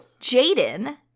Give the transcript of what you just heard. Jaden